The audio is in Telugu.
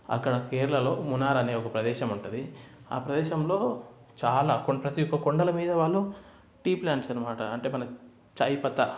అక్కడ కేరళలో మునార్ అనే ఒక ప్రదేశం ఉంటుంది ఆ ప్రదేశంలో చాలా కొం ప్రతి ఒక్క కొండల మీద వాళ్ళు టీ ప్లాంట్స్ అనమాట అంటే మనకు ఛాయ్ పత్తా